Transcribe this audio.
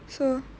so